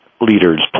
leaders